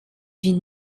die